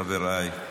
חבריי,